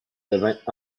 devint